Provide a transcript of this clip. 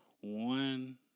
One